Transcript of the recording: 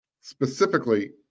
specifically